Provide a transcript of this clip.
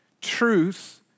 Truth